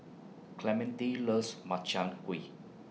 Clementine loves Makchang Gui